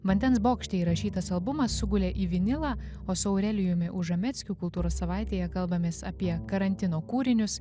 vandens bokšte įrašytas albumas sugulė į vinilą o su aurelijumi užameckiu kultūros savaitėje kalbamės apie karantino kūrinius